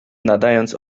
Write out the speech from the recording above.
nadając